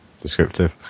descriptive